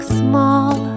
small